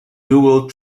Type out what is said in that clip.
dual